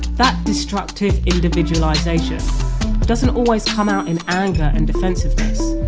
that destructive individualisation doesn't always come out in anger and defensiveness,